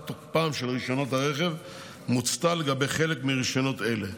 תוקפם של רישיונות הרכב מוצתה לגבי חלק מרישיונות אלה,